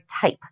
type